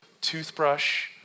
toothbrush